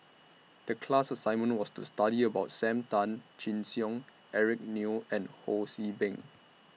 The class assignment was to study about SAM Tan Chin Siong Eric Neo and Ho See Beng